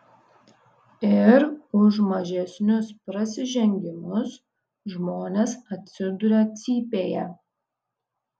ir už mažesnius prasižengimus žmonės atsiduria cypėje